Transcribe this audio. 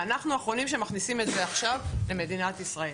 ואנחנו האחרונים שמכניסים את זה עכשיו למדינת ישראל.